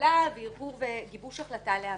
שקילה והרהור וגיבוש החלטה להמית.